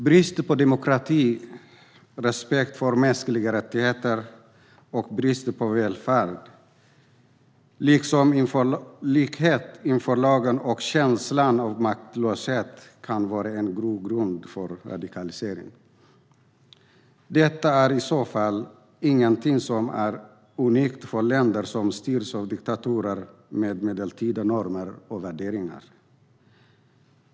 Brist på demokrati, på respekt för mänskliga rättigheter, på välfärd och på likhet inför lagen och känslan av maktlöshet kan vara en grogrund för radikalisering. Detta är i så fall ingenting som är unikt för länder som styrs av diktaturer med medeltida normer och värderingar.